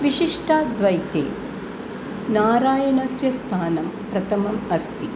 विशिष्टाद्वैते नारायणस्य स्थानं प्रथमं अस्ति